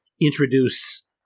introduce